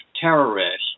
terrorists